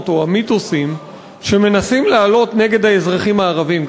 או המיתוסים שמנסים להעלות נגד האזרחים הערבים.